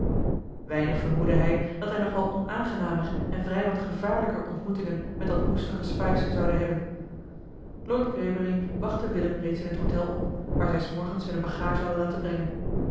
weinig vermoedde hij dat hij nog wel onaangenamer en vrij wat gevaarlijker ontmoetingen met dat woeste gespuis zoude hebben lord greybury wachtte willem reeds in het hôtel op waar zij s morgens hunne bagage hadden laten brengen